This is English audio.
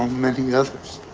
many others?